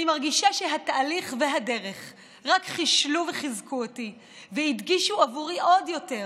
אני מרגישה שהתהליך והדרך רק חישלו וחיזקו אותי והדגישו בעבורי עוד יותר